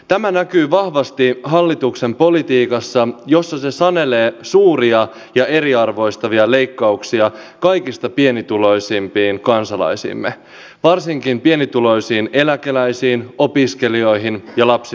tämä näkyy vahvasti hallituksen politiikassa jossa se sanelee suuria ja eriarvoistavia leikkauksia kaikista pienituloisimpiin kansalaisiimme varsinkin pienituloisiin eläkeläisiin opiskelijoihin ja lapsiperheisiin